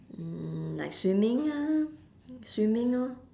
mm like swimming ah swimming orh